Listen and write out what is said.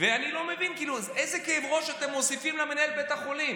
ואני לא מבין איזה כאב ראש אתם מוסיפים למנהל בית החולים.